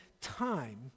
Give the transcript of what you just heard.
time